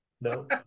no